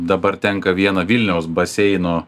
dabar tenka vieną vilniaus baseino